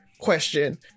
question